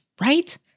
right